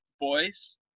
boys